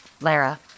Lara